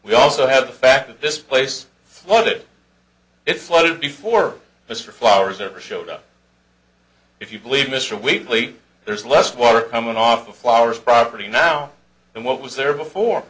we also have the fact that this place what it exploded before mr flowers ever showed up if you believe mr whately there's less water coming off the flowers property now and what was there before